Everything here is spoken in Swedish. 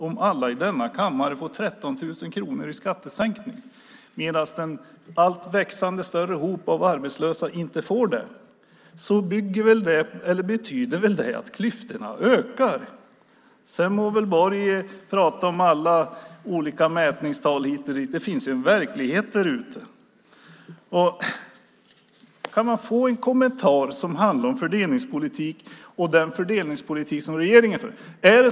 Om alla i denna kammare får 13 000 kronor i skattesänkning medan den allt större hopen av arbetslösa inte får det betyder väl det att klyftorna ökar? Sedan må Borg prata om alla olika mätningstal hit och dit. Det finns en verklighet där ute. Kan man få en kommentar som handlar om fördelningspolitik och den fördelningspolitik som regeringen för?